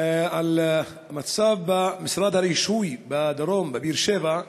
על המצב במשרד הרישוי בדרום, בעיר באר-שבע,